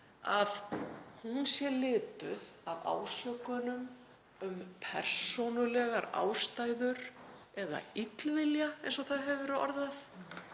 að hún sé lituð af ásökunum um persónulegar ástæður eða illvilja, eins og það hefur verið